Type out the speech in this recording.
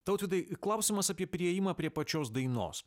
tautvydai klausimas apie priėjimą prie pačios dainos